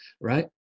Right